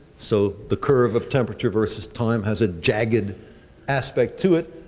so the curve of temperature versus time has jagged aspect to it,